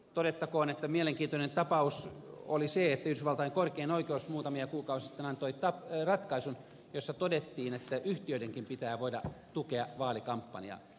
todettakoon että mielenkiintoinen tapaus oli se että yhdysvaltain korkein oikeus muutamia kuukausia sitten antoi ratkaisun jossa todettiin että yhtiöidenkin pitää voida tukea vaalikampanjaa